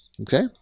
Okay